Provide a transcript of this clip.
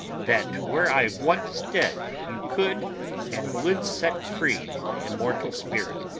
that were i once dead you could and would set free my immortal spirit,